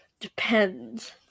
depends